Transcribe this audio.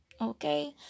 Okay